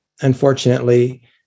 unfortunately